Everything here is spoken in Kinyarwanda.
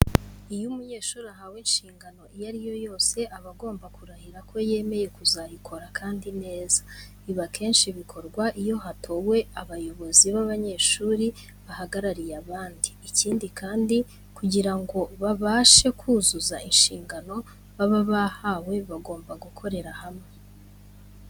Iyo umunyeshuri ahawe inshingano iyo ari yo yose aba agomba kurahira ko yemeye kuzayikora kandi neza. Ibi akenshi bikorwa iyo hatowe abayobozi b'abanyeshuri bahagarariye abandi. Ikindi kandi kugira ngo babashe kuzuza inshingano baba bahawe bagomba gukorera hamwe.